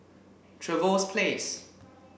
Trevose Place